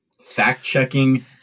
Fact-checking